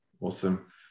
awesome